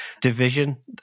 division